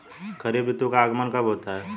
खरीफ ऋतु का आगमन कब होता है?